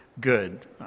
good